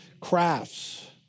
crafts